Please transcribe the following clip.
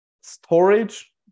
storage